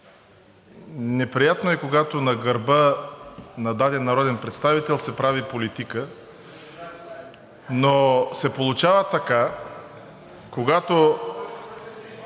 неприятно е, когато на гърба на даден народен представител се прави политика, но се получава така, когато